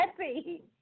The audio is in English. happy